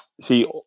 see